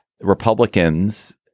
Republicans